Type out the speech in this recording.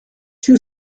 two